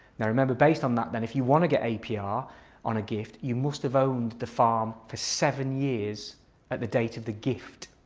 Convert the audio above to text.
now remember based on that then if you want to get apr ah on a gift you must have owned the farm for seven years at the date of the gift.